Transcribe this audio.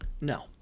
No